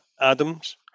Adams